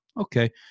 Okay